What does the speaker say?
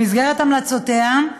במסגרת המלצותיה,